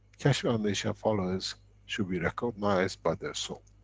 keshe foundation followers should be recognized by their soul.